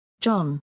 John